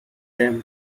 them